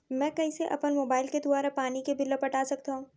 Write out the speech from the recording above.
मैं कइसे अपन मोबाइल के दुवारा पानी के बिल ल पटा सकथव?